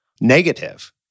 negative